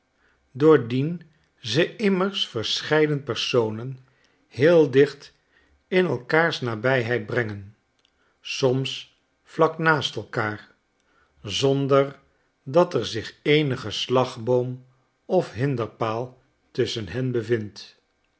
doordien ze immers verscheiden personen heel dicht in elkaarsnabijheidbrengen somsvlaknaastelkaar zonder dat er zich eenige slagboom ofhinderpaal tusschen hen bevindt